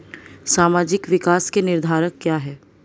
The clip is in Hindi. सामाजिक विकास के निर्धारक क्या है?